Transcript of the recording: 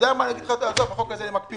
הייתי מקפיא את החוק הזה.